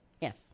Yes